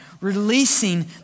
releasing